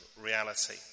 reality